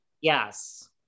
yes